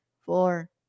four